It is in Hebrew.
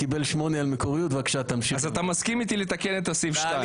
יכול להיות שהתייחסות הדוברים תשתנה בהתאם לתשובתה.